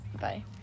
Bye